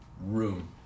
room